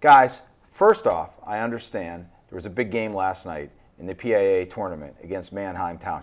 guys first off i understand there is a big game last night in the p a tournament against mannheim tow